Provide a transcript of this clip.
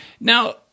Now